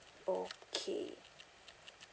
okay